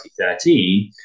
2013